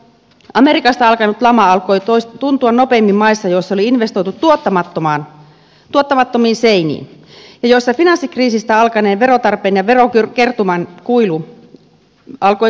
amerikasta alkanut lama alkoi tuntua nopeimmin maissa joissa oli investoitu tuottamattomiin seiniin ja joissa finanssikriisistä alkaneen verotarpeen ja verokertymän kuilu alkoi kasvaa nopeasti